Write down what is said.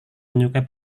menyukai